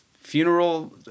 funeral